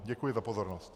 Děkuji za pozornost.